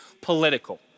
political